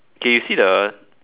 okay you see the